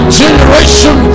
generation